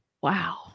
wow